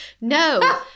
No